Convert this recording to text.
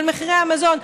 של מחירי המזון.